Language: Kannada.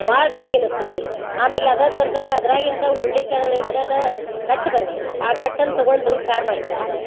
ಭಾಳ ರುಚಿ ಅನಸ್ತೈತ್ರಿ ಆಮೇಲೆ ಅದ ಥರ್ದಾಗ ಅದರಾಗಿಂದ ಹುರುಳಿಕಾಳಿಂದನಾ ಕಟ್ಟು ಬರತ್ತೆ ರೀ ಆ ಕಟ್ಟನ್ನ ತಗೊಂಡ್ರಿ ಸಾರು ಮಾಡ್ತೀವಿ ರೀ ನಾವು